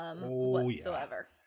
Whatsoever